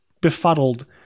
befuddled